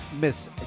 Miss